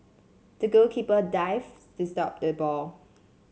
the goalkeeper dived to stop the ball